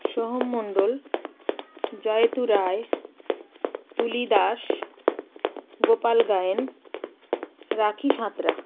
Soham Mondal Jayatu Roy Tuli Das Gopal Gayen Rakhi Santra